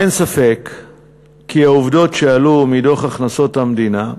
אין ספק כי העובדות שעלו מדוח הכנסות המדינה,